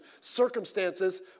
circumstances